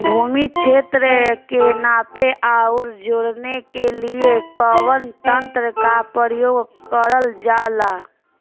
भूमि क्षेत्र के नापे आउर जोड़ने के लिए कवन तंत्र का प्रयोग करल जा ला?